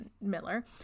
Miller